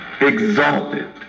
exalted